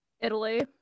Italy